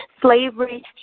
Slavery